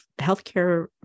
healthcare